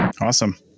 Awesome